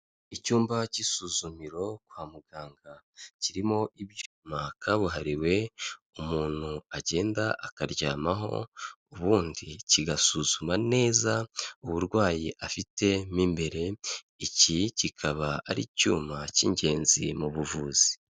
Icyumba cy'isuzumiro kwa muganga kirimo ibyuma kabuhariwe umuntu agenda akaryamaho ubundi kigasuzuma neza uburwayi afite mu imbere, iki kikaba ari icyuma cy'ingenzi mu buvuzi.